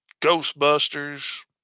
Ghostbusters